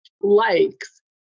likes